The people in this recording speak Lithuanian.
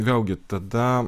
vėlgi tada